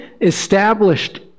established